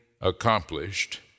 accomplished